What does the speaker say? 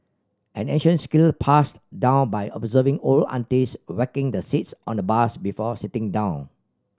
an ancient skill passed down by observing old aunties whacking the seats on the bus before sitting down